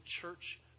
church